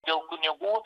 dėl kunigų